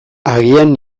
agian